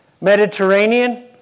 Mediterranean